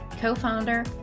Co-Founder